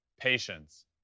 Patience